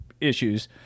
issues